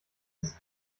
ist